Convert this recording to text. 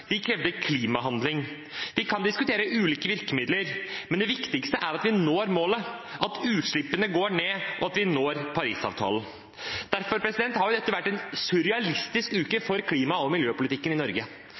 De krevde klimahandling. Vi kan diskutere ulike virkemidler, men det viktigste er at vi når målet, at utslippene går ned, og at vi oppfyller Parisavtalen. Derfor har dette vært en surrealistisk